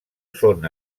són